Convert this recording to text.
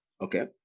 Okay